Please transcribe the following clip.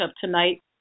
tonight